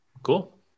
Cool